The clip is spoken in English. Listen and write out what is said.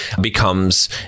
becomes